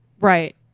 Right